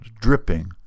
dripping